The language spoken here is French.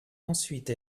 ensuite